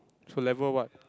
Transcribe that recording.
to level what